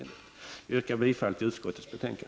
Jag yrkar bifall till utskottets hemställan.